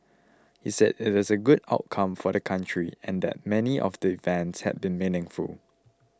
he said it is a good outcome for the country and that many of the events had been meaningful